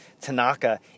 Tanaka